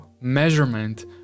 measurement